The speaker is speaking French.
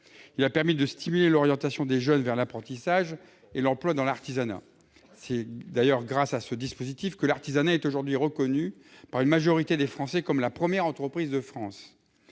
Il a permis de stimuler l'orientation des jeunes vers l'apprentissage et l'emploi dans l'artisanat. C'est d'ailleurs grâce à ce dispositif que l'artisanat est aujourd'hui reconnu par une majorité des Français comme « la première entreprise de France